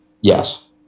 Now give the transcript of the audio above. Yes